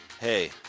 hey